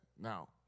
Now